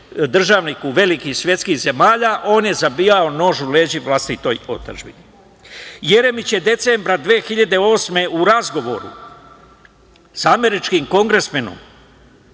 državniku velikih svetskih zemalja on je zabijao nož u leđa vlastitoj otadžbini. Jeremić je decembra 2008. godine u razgovor sa američkim kongresmenom,